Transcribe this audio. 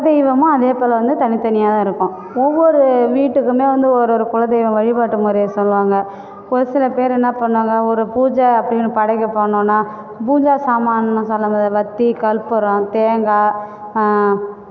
அவங்கவங்க குலதெய்வமும் அதேபோல் வந்து தனித்தனியாகதான் இருக்கும் ஒவ்வொரு வீட்டுக்குமே வந்து ஒரு ஒரு குலதெய்வ வழிபாட்டு முறையை சொல்வாங்க ஒரு சில பேர் என்ன பண்ணுவாங்க ஒரு பூஜை அப்படின்னு படைக்க போனோன்னா பூஜா சாமான்னு சொல்லும் போது வத்தி கற்பூரம் தேங்காய்